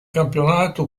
campionato